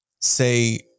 say